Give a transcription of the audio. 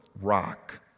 rock